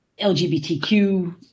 LGBTQ